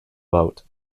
boat